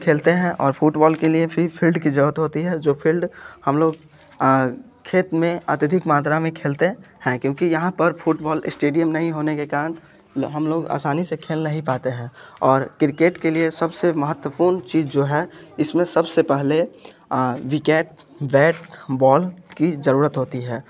खेलते हैं और फूटबॉल के लिए फिर फिल्ड की जरूरत होती है जो फिल्ड हम लोग खेत में अत्यधिक मात्रा में खेलते हैं क्योंकि यहाँ पर फूटबॉल इस्टेडियम नहीं होने के कारण हम लोग असानी से खेल नहीं पाते हैं और क्रिकेट के लिए सबसे महत्वपूर्ण चीज जो है इसमें सबसे पहले विकेट बैट बॉल की जरूरत होती है